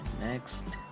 next.